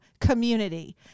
community